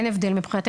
אין הבדל מבחינתו,